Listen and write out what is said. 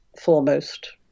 foremost